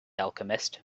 alchemist